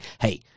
hey